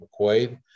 McQuaid